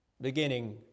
beginning